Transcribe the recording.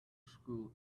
school